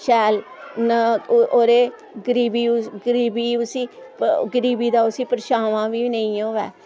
शैल न ओह् ओह्दे गरीबी उस गरीबी उस्सी प गरीबी दा उसी परछामां बी नेईं होवै